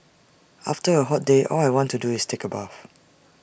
after A hot day all I want to do is take A bath